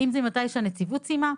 האם זה מתי שהנציבות סיימה,